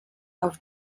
auf